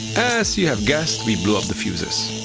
as you have guessed, we blew up the fuses.